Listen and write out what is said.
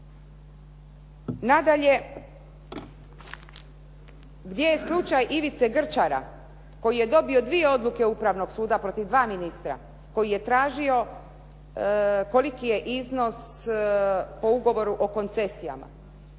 Nadalje, gdje je slučaj Ivice Grčara koji je dobio dvije odluke Upravnog suda protiv dva ministra, koji je tražio koliki je iznos po ugovoru o koncesijama.